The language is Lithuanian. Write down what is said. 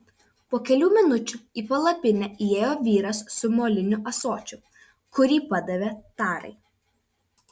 po kelių minučių į palapinę įėjo vyras su moliniu ąsočiu kurį padavė tarai